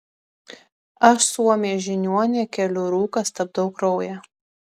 aš suomė žiniuonė keliu rūką stabdau kraują